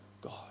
God